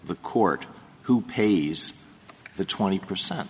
the court who pays the twenty percent